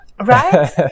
Right